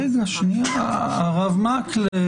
רגע, שנייה, הרב מקלב.